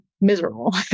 miserable